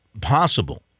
possible